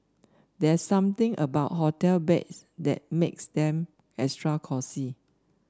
there's something about hotel beds that makes them extra cosy